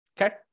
okay